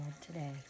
today